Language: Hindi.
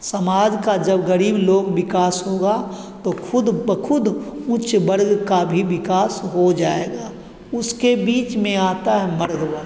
समाज का जब गरीब लोग विकास होगा तो खुद ब खुद उच्च वर्ग का भी विकास हो जाएगा उसके बीच में आता है मध्य वर्ग